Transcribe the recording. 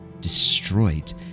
destroyed